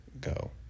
go